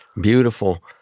Beautiful